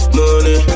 Money